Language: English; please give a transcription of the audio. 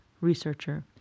researcher